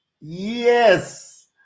Yes